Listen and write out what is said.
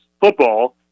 football